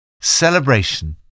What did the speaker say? Celebration